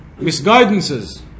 misguidances